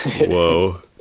Whoa